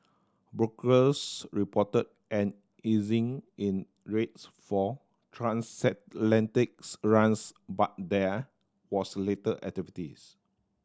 brokers reported an easing in rates for transatlantic runs but there was little activities